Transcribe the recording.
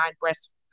breast